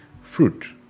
fruit